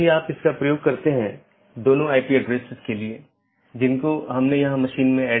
अगर हम पिछले व्याख्यान या उससे पिछले व्याख्यान में देखें तो हमने चर्चा की थी